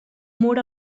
mur